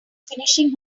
finishing